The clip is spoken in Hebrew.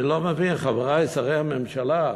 אני לא מבין, חברי שרי הממשלה,